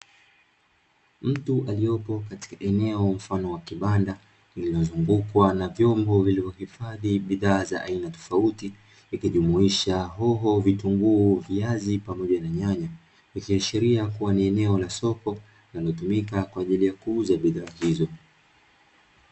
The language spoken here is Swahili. Mtu aliopo katika eneo mfano wa kibanda kilozungukwa na vyombo vilivyohifadhi bidhaa za aina tofauti, ikijumuisha hoho, vitunguu, viazi pamoja na nyanya nikiashiria kuwa ni eneo la soko linalotumika kwa ajili ya kuuza bidhaa hizo.